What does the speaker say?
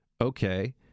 Okay